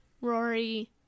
Rory